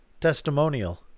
Testimonial